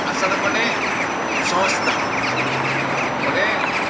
ᱟᱥᱲᱟ ᱢᱟᱱᱮ ᱥᱚᱝᱥᱣᱛᱷᱟ ᱚᱸᱰᱮ